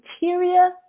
interior